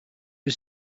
was